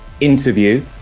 interview